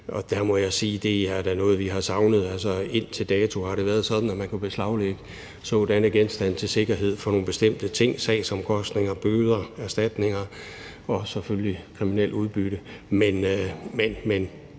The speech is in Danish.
da er noget, vi har savnet. Indtil dato har det været sådan, at man kunne beslaglægge sådanne genstande til sikkerhed for nogle bestemte ting, nemlig sagsomkostninger, bøder og erstatninger, og selvfølgelig hvis det er